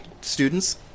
students